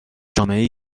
جامعهای